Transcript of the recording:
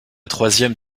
troisième